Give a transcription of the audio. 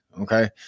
Okay